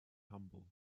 humble